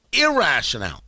irrational